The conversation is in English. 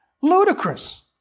Ludicrous